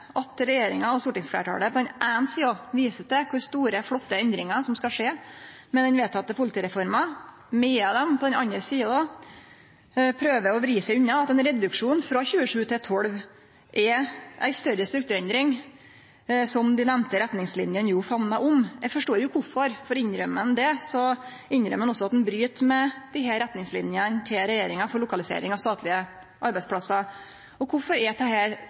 at regjeringa og stortingsfleirtalet på den eine sida viser til kor store og flotte endringar som skal skje med den vedtekne politireforma, medan dei på den andre sida prøver å vri seg unna at ein reduksjon frå 27 til 12 er ei større strukturendring som dei nemnde retningslinene famnar om. Eg forstår kvifor, for innrømmer ein det, innrømmer ein også at ein bryt med desse retningslinene til regjeringa for lokalisering av statlege arbeidsplassar. Og kvifor er dette